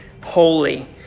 holy